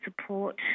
support